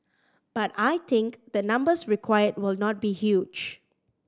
but I think the numbers required will not be huge